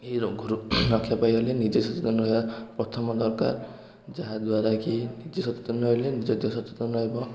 ଏଇ ରୋଗରୁ ରକ୍ଷା ପାଇବା ପାଇଁ ନିଜେ ସଚେତନ ରହିବା ପ୍ରଥମ ଦରକାର ଯାହାଦ୍ଵାରା କି ନିଜେ ସଚେତନ ରହିଲେ ନିଜ ଦେହ ସଚେତନ ରହିବ